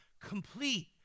complete